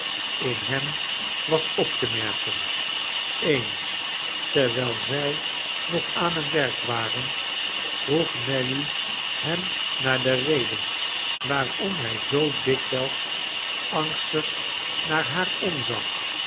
in hem nelly's tuin was op te merken eens terwijl zij nog aan het werk waren vroeg nelly hem naar de reden waarom hij zoo dikwijls angstig naar haar omzag